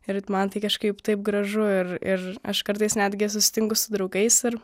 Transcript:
ir man tai kažkaip taip gražu ir ir aš kartais netgi susitinku su draugais ir